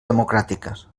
democràtiques